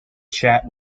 chat